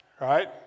Right